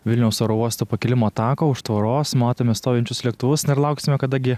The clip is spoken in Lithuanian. vilniaus oro uosto pakilimo tako už tvoros matome stovinčius lėktuvus na ir lauksime kada gi